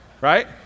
right